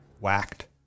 whacked